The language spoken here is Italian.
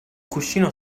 cuscino